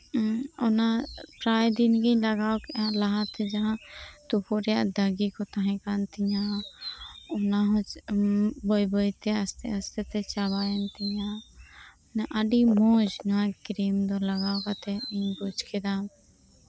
ᱚᱱᱟ ᱯᱨᱟᱭ ᱫᱤᱱᱜᱤᱧ ᱞᱟᱜᱟᱣ ᱠᱮᱫᱼᱟ ᱞᱟᱦᱟᱛᱮ ᱡᱟᱦᱟᱸ ᱛᱩᱯᱩᱛ ᱨᱮᱭᱟᱜ ᱫᱟᱜᱤ ᱠᱚ ᱛᱟᱦᱮᱸ ᱠᱟᱱ ᱛᱤᱧᱟᱹ ᱚᱱᱟ ᱦᱚᱸ ᱵᱟᱹᱭᱼᱵᱟᱹᱭ ᱛᱮ ᱟᱥᱛᱮᱼᱟᱥᱛᱮ ᱛᱮ ᱪᱟᱵᱟᱭᱮᱱ ᱛᱤᱧᱟᱹ ᱟᱹᱰᱤ ᱢᱚᱡᱽ ᱱᱚᱣᱟ ᱠᱨᱤᱢ ᱫᱚ ᱞᱟᱜᱟᱣ ᱠᱟᱛᱮ ᱤᱧ ᱵᱩᱡ ᱠᱮᱫᱟ